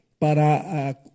Para